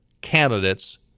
candidates